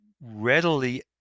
readily